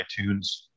iTunes